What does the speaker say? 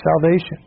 salvation